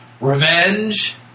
revenge